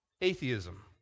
atheism